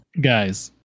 Guys